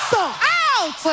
out